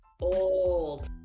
Old